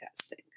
testing